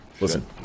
listen